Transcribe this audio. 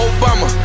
Obama